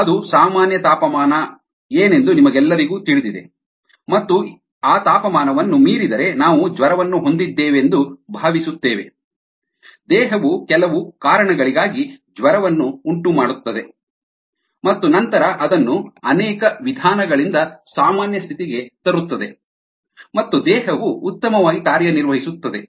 ಅದು ಸಾಮಾನ್ಯ ತಾಪಮಾನ ಏನೆಂದು ನಿಮಗೆಲ್ಲರಿಗೂ ತಿಳಿದಿದೆ ಮತ್ತು ಆ ತಾಪಮಾನವನ್ನು ಮೀರಿದರೆ ನಾವು ಜ್ವರವನ್ನು ಹೊಂದಿದ್ದೇವೆಂದು ಭಾವಿಸುತ್ತೇವೆ ದೇಹವು ಕೆಲವು ಕಾರಣಗಳಿಗಾಗಿ ಜ್ವರವನ್ನು ಉಂಟುಮಾಡುತ್ತದೆ ಮತ್ತು ನಂತರ ಅದನ್ನು ಅನೇಕ ವಿಧಾನಗಳಿಂದ ಸಾಮಾನ್ಯ ಸ್ಥಿತಿಗೆ ತರುತ್ತದೆ ಮತ್ತು ದೇಹವು ಉತ್ತಮವಾಗಿ ಕಾರ್ಯನಿರ್ವಹಿಸುತ್ತದೆ